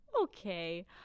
okay